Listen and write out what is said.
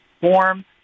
form